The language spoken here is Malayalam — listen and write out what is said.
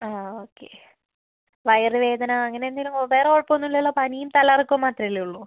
ആ ഓക്കെ വയറുവേദന അങ്ങനെ എന്തെങ്കിലും വേറെ കുഴപ്പമൊന്നും ഇല്ലല്ലോ പനിയും തലകറക്കവും മാത്രമല്ലേ ഉള്ളൂ